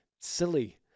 silly